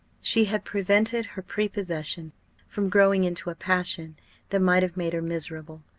she had prevented her prepossession from growing into a passion that might have made her miserable.